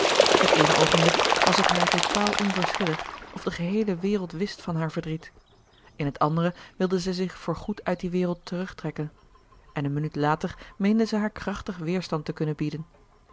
het eene oogenblik was het haar totaal onverschillig of de geheele wereld wist van haar verdriet in het andere wilde zij zich voor goed uit die wereld terugtrekken en een minuut later meende zij haar krachtig weerstand te kunnen bieden